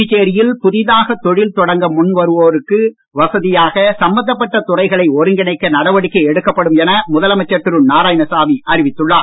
புதுச்சேரியில் புதிதாக தொழில் தொடங்க முன்வருவோருக்கு வசதியாக சம்மந்தப்பட்ட துறைகளை ஒருங்கிணைக்க நடவடிக்கை எடுக்கப்படும் என முதலமைச்சர் திரு நாராயணாசாமி அறிவித்துள்ளார்